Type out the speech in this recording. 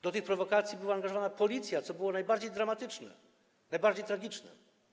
Do tych prowokacji była angażowana policja, co było najbardziej dramatyczne, najbardziej tragiczne.